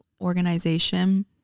organization